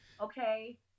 Okay